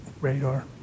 radar